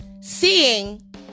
seeing